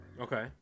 Okay